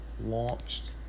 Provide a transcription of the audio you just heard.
launched